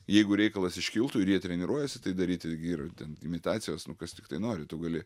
jeigu reikalas iškiltų ir jie treniruojasi tai daryti gi yra ten imitacijos nu kas tiktai nori tu gali